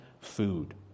food